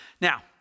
Now